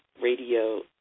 radio